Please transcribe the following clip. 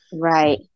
right